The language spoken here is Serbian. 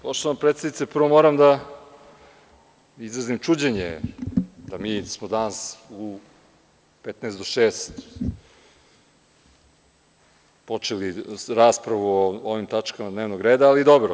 Poštovana predsednice, prvo moram da izrazim čuđenje da smo danas u 15 do šest počeli raspravu o ovim tačkama dnevnog reda, ali dobro.